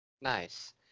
nice